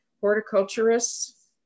horticulturists